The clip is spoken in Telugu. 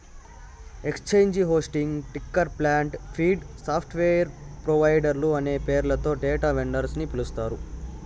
exchange hosting, ticker plant, feed, software ప్రొవైడర్లు అనే పేర్లతో డేటా వెండర్స్ ని పిలుస్తారు